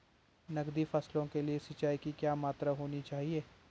नकदी फसलों के लिए सिंचाई की क्या मात्रा होनी चाहिए?